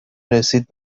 رسید